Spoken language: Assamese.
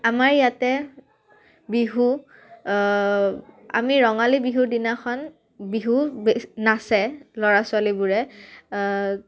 আমাৰ ইয়াতে বিহু আমি ৰঙালী বিহুৰ দিনাখন বিহু নাচে ল'ৰা ছোৱালীবোৰে